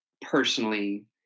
personally